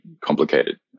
complicated